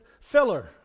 filler